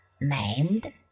named